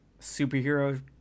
superhero